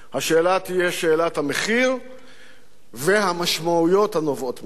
השאלה תהיה שאלת המחיר והמשמעויות הנובעות מכך.